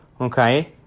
okay